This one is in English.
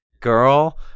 girl